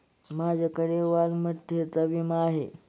माझ्याकडे मालमत्तेचा विमा आहे